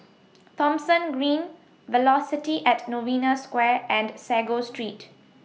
Thomson Green Velocity At Novena Square and Sago Street